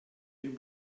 been